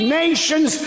nations